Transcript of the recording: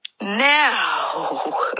Now